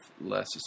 less